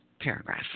paragraph